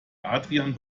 adrian